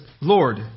Lord